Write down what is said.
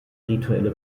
rituelle